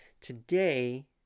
Today